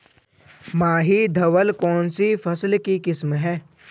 माही धवल कौनसी फसल की किस्म है?